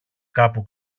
κάπου